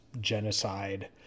genocide